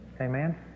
Amen